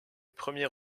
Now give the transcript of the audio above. premier